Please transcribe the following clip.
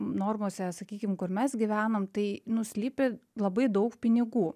normose sakykim kur mes gyvename tai nu slypi labai daug pinigų